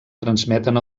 transmeten